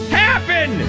happen